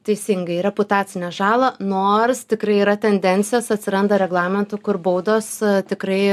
teisingai reputacinę žalą nors tikrai yra tendencijos atsiranda reglamentų kur baudos tikrai